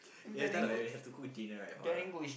then everytime like when they had to cook dinner right for her